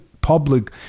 public